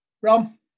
Rom